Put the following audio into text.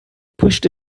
pushed